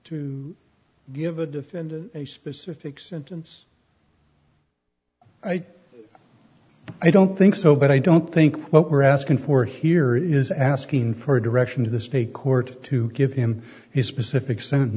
to give a defendant a specific sentance i don't think so but i don't think what we're asking for here is asking for direction to the state court to give him his specific sen